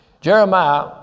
Jeremiah